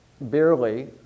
barely